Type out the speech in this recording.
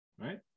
Right